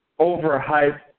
overhyped